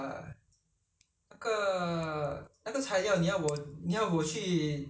mm 你说材料是什么材料是那个饭啊那个饭团啊